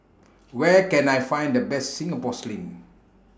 Where Can I Find The Best Singapore Sling